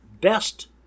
best